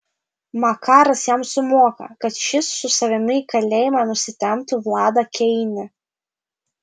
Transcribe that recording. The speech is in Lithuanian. makaras jam sumoka kad šis su savimi į kalėjimą nusitemptų vladą keinį